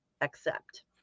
accept